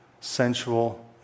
sensual